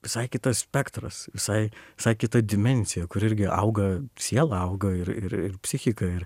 visai kitas spektras visai visai kita dimensija kur irgi auga siela auga ir ir ir psichika ir